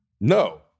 No